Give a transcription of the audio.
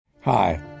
Hi